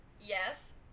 Yes